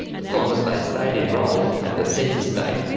as long as they stayed enrolled at the census date,